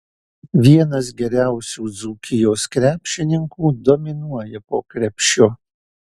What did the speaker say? vienas geriausių dzūkijos krepšininkų dominuoja po krepšiu